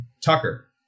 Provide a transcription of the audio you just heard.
Tucker